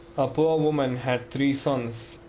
a poor woman had three sons.